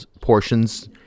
portions